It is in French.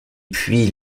puis